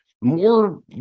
more